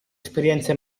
esperienza